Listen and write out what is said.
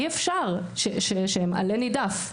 אי אפשר שהם עלה נידף.